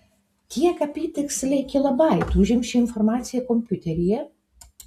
kiek apytiksliai kilobaitų užims ši informacija kompiuteryje